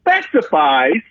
specifies